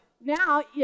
now